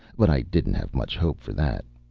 but i didn't have much hope for that.